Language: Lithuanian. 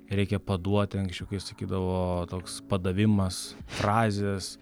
reikia paduoti anksčiau kaip sakydavo toks padavimas frazės